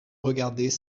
regardaient